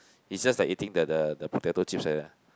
is just like eating the the the potato chips like that lah